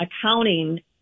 accounting